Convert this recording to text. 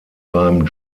beim